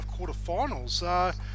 quarterfinals